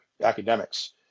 Academics